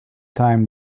time